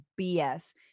BS